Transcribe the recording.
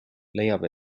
leiab